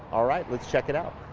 all right? let's check it out.